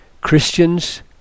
Christians